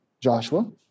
Joshua